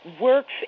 works